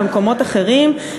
במקומות אחרים.